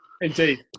Indeed